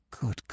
Good